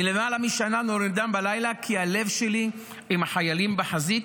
אני למעלה משנה לא נרדם בלילה כי הלב שלי עם החיילים בחזית,